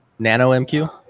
NanoMQ